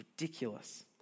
ridiculous